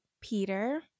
Peter